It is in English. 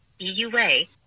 EUA